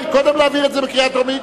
קודם להביא את זה לקריאה טרומית.